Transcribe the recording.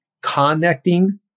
connecting